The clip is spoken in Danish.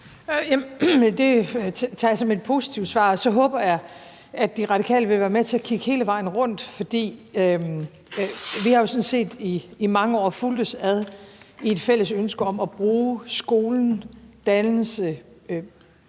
Det tager jeg som et positivt svar, og så håber jeg, at De Radikale vil være med til at kigge hele vejen rundt, for vi har jo sådan set i mange år fulgtes ad i forhold til et fælles ønske om at bruge skolen, dannelse,